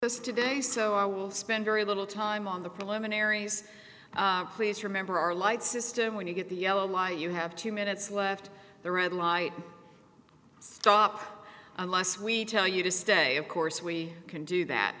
today so i will spend very little time on the preliminaries please remember our light system when you get the yellow why you have two minutes left the red light stop unless we tell you to stay of course we can do that